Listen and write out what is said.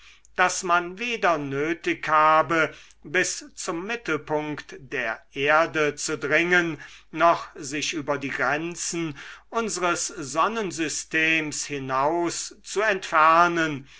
daß man weder nötig habe bis zum mittelpunkt der erde zu dringen noch sich über die grenzen unsres sonnensystems hinaus zu entfernen